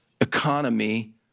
economy